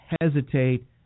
hesitate